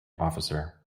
officer